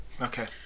Okay